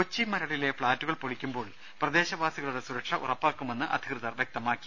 കൊച്ചി മരടിലെ ഫ്ളാറ്റുകൾ പൊളിക്കുമ്പോൾ പ്രദേശവാസികളുടെ സുരക്ഷ ഉറ പ്പാക്കുമെന്ന് അധികൃതർ വൃക്തമാക്കി